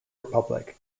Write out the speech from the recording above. republic